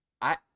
I-